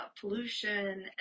pollution